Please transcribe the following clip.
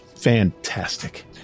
Fantastic